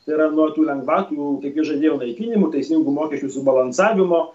tai yra nuo tų lengvatų kaip jie žadėjo naikinimo teisingo mokesčių subalansavimo